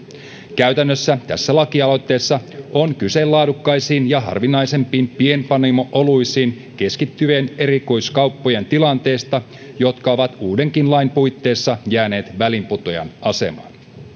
käytännössä tässä lakialoitteessa on kyse laadukkaisiin ja harvinaisempiin pienpanimo oluisiin keskittyvien erikoiskauppojen tilanteesta ne ovat uudenkin lain puitteissa jääneet väliinputoajan asemaan